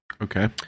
Okay